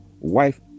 wife